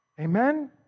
Amen